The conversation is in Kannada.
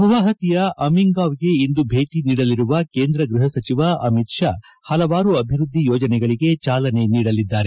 ಗುವಾಹಟಿಯ ಅಮಿಂಗಾಂವ್ಗೆ ಇಂದು ಭೇಟಿ ನೀಡಲಿರುವ ಕೇಂದ್ರ ಗೃಹ ಸಚಿವ ಅಮಿತ್ ಶಾ ಹಲವಾರು ಅಭಿವೃದ್ಧಿ ಯೋಜನೆಗಳಿಗೆ ಜಾಲನೆ ನೀಡಲಿದ್ದಾರೆ